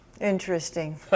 Interesting